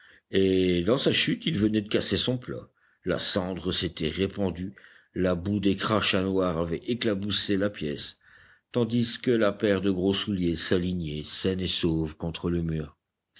et dans sa chute il venait de casser son plat la cendre s'était répandue la boue des crachats noirs avait éclaboussé la pièce tandis que la paire de gros souliers s'alignait saine et sauve contre le mur